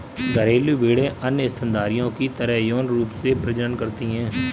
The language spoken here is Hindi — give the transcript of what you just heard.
घरेलू भेड़ें अन्य स्तनधारियों की तरह यौन रूप से प्रजनन करती हैं